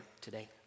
today